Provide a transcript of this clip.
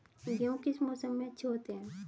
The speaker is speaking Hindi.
गेहूँ किस मौसम में अच्छे होते हैं?